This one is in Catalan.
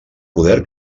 poder